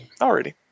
Already